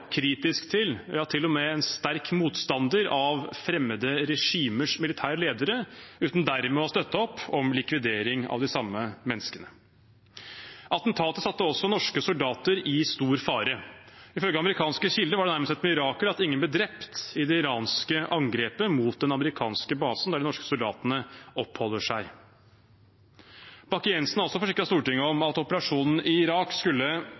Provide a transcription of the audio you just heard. en sterk motstander av, fremmede regimers militære ledere uten dermed å støtte opp om likvidering av de samme menneskene. Attentatet satte også norske soldater i stor fare. Ifølge amerikanske kilder var det nærmest et mirakel at ingen ble drept i det iranske angrepet mot den amerikanske basen der de norske soldatene oppholder seg. Frank Bakke-Jensen har også forsikret Stortinget om at operasjonen i Irak skulle